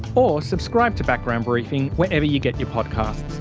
or. subscribe to background briefing wherever you get your podcasts.